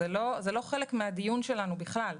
זה לא חלק מן הדיון שלנו בכלל.